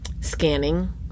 scanning